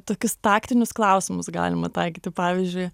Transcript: tokius taktinius klausimus galima taikyti pavyzdžiui